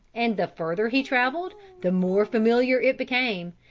and the further he traveled, the more familiar it became,